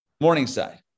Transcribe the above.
Morningside